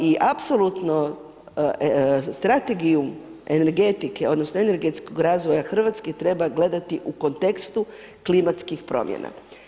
I apsolutno strategiju energetike, odnosno energetskog razvoja Hrvatske treba gledat u kontekstu klimatskih promjena.